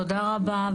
תודה רבה.